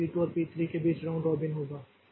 इसलिए पी 2 और पी 3 के बीच राउंड रॉबिन होगा